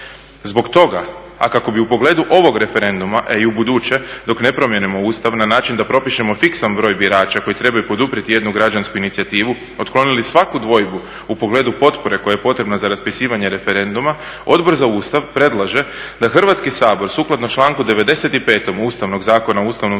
Zbog toga, a kako bi u pogledu ovog referenduma i ubuduće dok ne promijenimo Ustav na način da propišemo fiksan broj birača koji trebaju poduprijeti jednu građansku inicijativu, otklonili svaku dvojbu u pogledu potpore koja je potrebna za raspisivanje referenduma, Odbor za Ustav predlaže da Hrvatski sabor sukladno članku 95. Ustavnog zakona o Ustavnom sudu